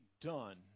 done